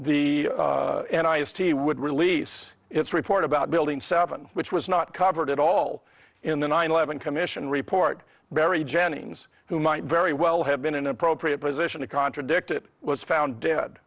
before the and i s t would release its report about building seven which was not covered at all in the nine eleven commission report barry jennings who might very well have been an appropriate position to contradict it was found dead